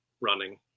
running